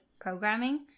programming